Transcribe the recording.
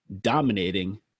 dominating